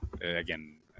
Again